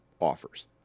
offers